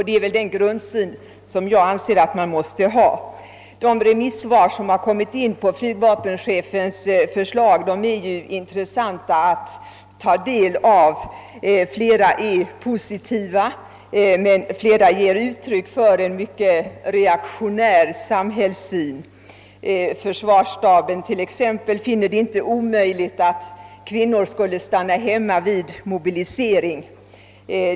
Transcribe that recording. Det är, som jag ser det, från denna grundsyn man måste utgå. De remissvar på flygvapenchefens förslag som kommit in är intressanta att ta del av. Flera svar är positiva, men flera ger också uttryck för en reaktionär samhällssyn. Så finner t.ex. försvarsstaben inte omöjligt att kvinnorna stannar hemma vid en mobilisering.